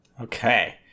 Okay